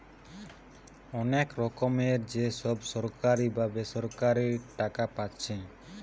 অনেক রকমের যে সব সরকারি বা বেসরকারি টাকা পাচ্ছে